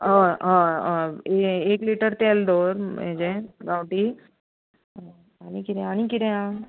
हय हय हय हें एक लीटर तेल दवर हेचें गांवटी आनी किदें आनीक किदें आहा